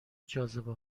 جاذبه